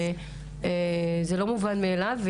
זה לא מובן מאליו.